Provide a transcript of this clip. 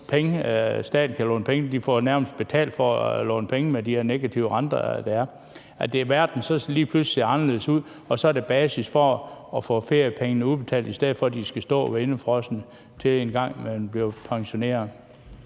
kan staten låne penge; de bliver nærmest betalt for at låne penge med de her negative renter, der er. Verden ser lige pludselig anderledes ud, og så er der basis for at få feriepengene udbetalt, i stedet for at de skal stå og være indefrosset, til når man engang bliver pensioneret.